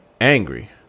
angry